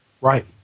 Right